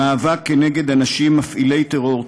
המאבק כנגד אנשים מפעילי טרור,